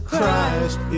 Christ